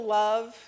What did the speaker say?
love